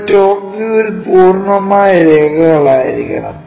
ഇവ ടോപ് വ്യൂവിൽ പൂർണ്ണ രേഖകളായിരിക്കണം